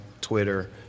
Twitter